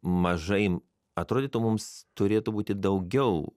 mažai atrodytų mums turėtų būti daugiau